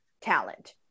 talent